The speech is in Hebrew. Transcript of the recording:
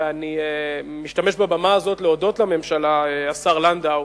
ואני משתמש בבמה הזאת להודות לממשלה, השר לנדאו,